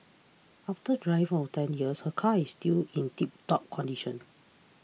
after driving for ten years her car is still in tiptop condition